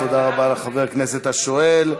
תודה רבה לחבר הכנסת השואל.